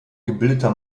gebildeter